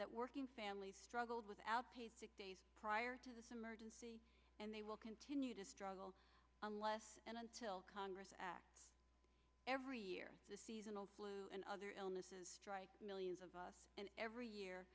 that working families struggled without paid sick days prior to this emergency and they will continue to struggle unless and until congress acts every year the seasonal flu and other illnesses millions of us and every year